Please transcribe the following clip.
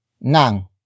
nang